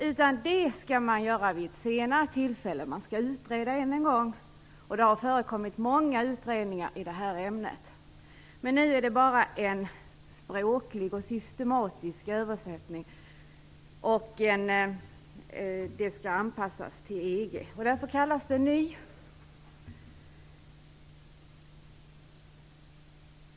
Nya förslag skall komma vid ett senare tillfälle. Man skall utreda än en gång. Det har förekommit många utredningar i det här ämnet. Nu är det bara en språklig och systematisk översättning, och det skall göras en anpassning till EG:s vapendirektiv. Därför kallas propositionen Ny vapenlag.